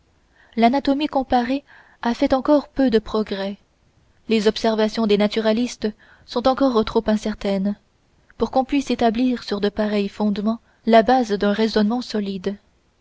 l'anatomie comparée a fait encore trop peu de progrès les observations des naturalistes sont encore trop incertaines pour qu'on puisse établir sur de pareils fondements la base d'un raisonnement solide